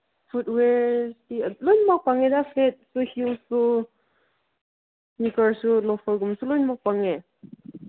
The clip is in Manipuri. ꯐꯨꯠꯋꯦꯌꯔꯗꯤ ꯂꯣꯏꯅꯃꯛ ꯐꯪꯉꯦꯗ ꯐ꯭ꯂꯦꯠꯁꯨ ꯍꯤꯜꯁꯁꯨ ꯏꯁꯅꯤꯀꯔꯁꯨ ꯂꯣꯐꯔꯒꯨꯝꯕꯁꯨ ꯂꯣꯏꯅꯃꯛ ꯐꯪꯉꯦ